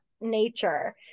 nature